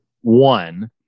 one